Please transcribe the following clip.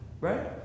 right